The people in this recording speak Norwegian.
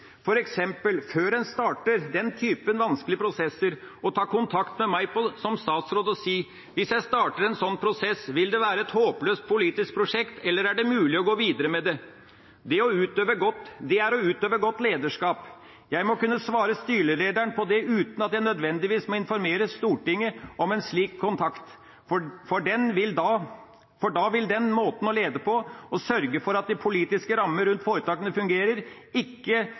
før en starter den typen vanskelige prosesser, å ta kontakt med meg som statsråd og si: Hvis jeg starter en sånn prosess, vil det være et helt håpløst politisk prosjekt, eller er det mulig å gå videre med det? Det er å utøve godt lederskap. Jeg må kunne svare styrelederen på det uten at jeg nødvendigvis må informere Stortinget om en sånn kontakt, for da vil den måten å lede på, å sørge for at politiske rammer rundt foretakene fungerer, ikke